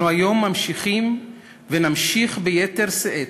אנחנו היום ממשיכים ונמשיך ביתר שאת